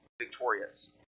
victorious